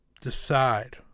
Decide